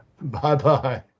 Bye-bye